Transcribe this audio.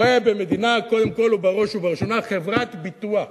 רואה במדינה קודם כול ובראש ובראשונה חברת ביטוח,